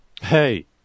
hey